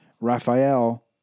Raphael